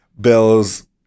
Bills